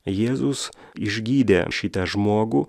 jėzus išgydė šitą žmogų